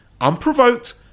unprovoked